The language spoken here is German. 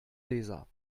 leser